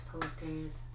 posters